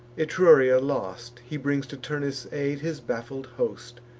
etruria lost, he brings to turnus' aid his baffled host.